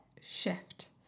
shift